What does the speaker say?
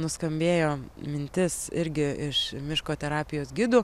nuskambėjo mintis irgi iš miško terapijos gidų